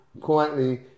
quietly